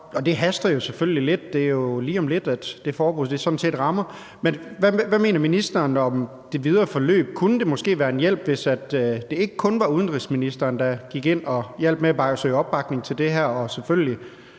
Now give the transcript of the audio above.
det haster jo selvfølgelig lidt. Det er jo sådan set lige om lidt, at det forbud rammer. Men hvad mener ministeren om det videre forløb? Kunne det måske være en hjælp, hvis det ikke kun var udenrigsministeren, der gik ind og hjalp med at søge opbakning til det her?